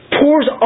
pours